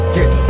Get